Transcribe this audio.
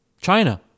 China